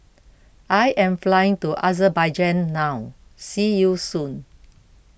I am flying to Azerbaijan now see you soon